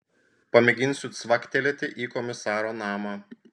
pamėginsiu cvaktelėti į komisaro namą